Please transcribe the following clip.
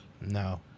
No